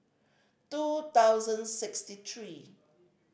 two thousand sixty three